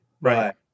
right